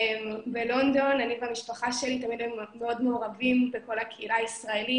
בלונדון אני והמשפחה שלי תמיד היינו מאוד מעורבים בקהילה הישראלית.